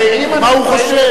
הוא אומר מה הוא חושב.